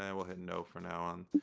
and we'll hit no for now, and